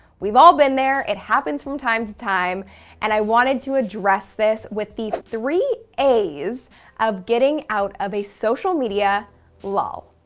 we've all been there. it happens from time to time and i wanted to address this with the three a's of getting out of a social media lull.